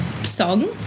Song